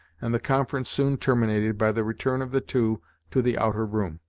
and the conference soon terminated by the return of the two to the outer room,